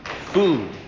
Food